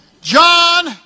John